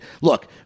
look